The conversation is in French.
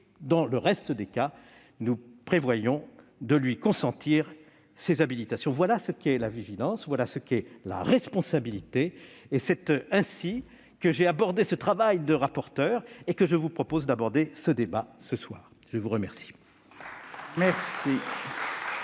dans le reste des cas, nous prévoyons de lui consentir ces habilitations. Voilà ce qu'est la vigilance ; voilà ce qu'est la responsabilité. C'est ainsi que j'ai abordé ce travail de rapporteur, et que je vous propose d'aborder ce débat ce soir. La parole